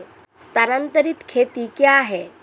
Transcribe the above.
स्थानांतरित खेती क्या है?